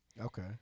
Okay